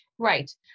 Right